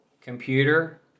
Computer